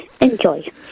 Enjoy